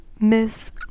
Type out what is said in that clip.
Miss